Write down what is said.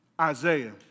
Isaiah